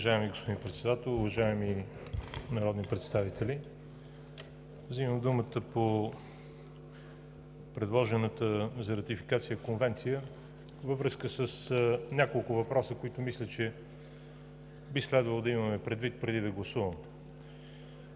Уважаеми господин Председател, уважаеми народни представители! Вземам думата по предложената за ратификация конвенция във връзка с няколко въпроса, които мисля, че би следвало да имаме предвид преди да гласуваме.